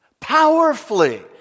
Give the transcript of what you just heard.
Powerfully